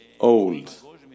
old